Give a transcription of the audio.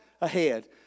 ahead